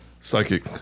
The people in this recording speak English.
Psychic